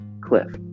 cliff